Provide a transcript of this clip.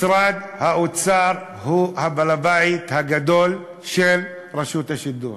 משרד האוצר הוא בעל הבית הגדול של רשות השידור,